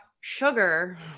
sugar